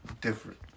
different